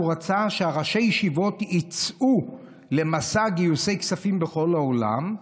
הוא רצה שראשי הישיבות יצאו למסע גיוסי כספים בכל העולם,